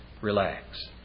Relax